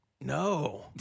No